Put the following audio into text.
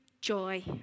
joy